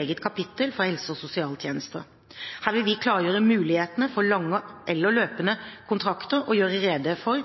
eget kapittel om helse- og sosialtjenester. Her vil vi klargjøre mulighetene for lange eller løpende kontrakter og gjøre rede for